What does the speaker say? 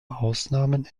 ausnahmen